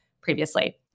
previously